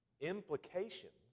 implications